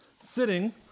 sitting